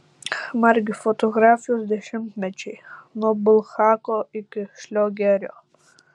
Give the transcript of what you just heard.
margi fotografijos dešimtmečiai nuo bulhako iki šliogerio